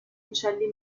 uccelli